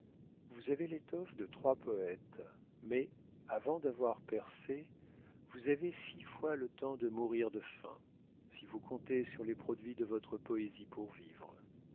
vous avez l'étoffe de trois poètes mais avant d'avoir percé vous avez six fois le temps de mourir de faim si vous comptez sur les produits de votre poésie pour vivre